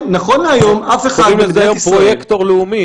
נכון להיום אף אחד במדינת ישראל --- קוראים לזה היום פרויקטור לאומי,